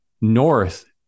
north